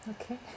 okay